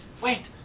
wait